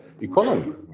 economy